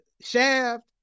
Shaft